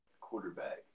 quarterback